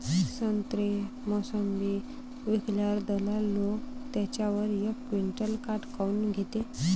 संत्रे, मोसंबी विकल्यावर दलाल लोकं त्याच्यावर एक क्विंटल काट काऊन घेते?